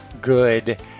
good